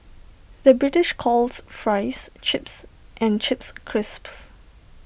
the British calls Fries Chips and Chips Crisps